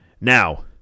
Now